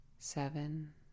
Seven